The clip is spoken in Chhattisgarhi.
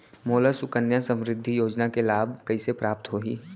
मोला सुकन्या समृद्धि योजना के लाभ कइसे प्राप्त होही?